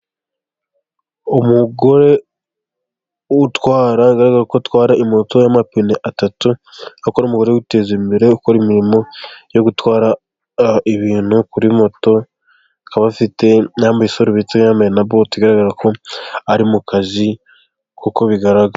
Umugore utwara, bigaragara ko atwara imoto y'amapine atatu, akaba ari umugore witeza imbere ukora imirimo yo gutwara ibintu kuri moto, akaba afite yambaye isarubeti, yambaye na bote bigaragaza ko ari mu kazi kuko bigaragara.